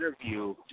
interview